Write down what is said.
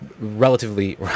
relatively